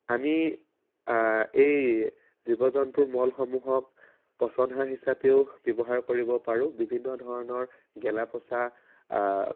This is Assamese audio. আমি এই জীৱ জন্তুৰ মলসমূহক পচন সাৰ হিচাপেও ব্যৱহাৰ কৰিব পাৰোঁ বিভিন্ন ধৰণৰ গেলা পঁচা